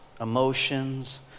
emotions